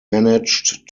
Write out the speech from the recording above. managed